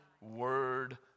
word